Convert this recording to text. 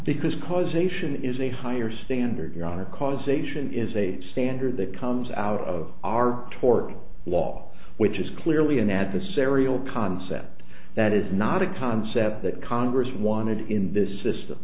because causation is a higher standard your honor causation is a standard that comes out of our tort law which is clearly an adversarial concept that is not a concept that congress wanted in this system